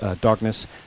darkness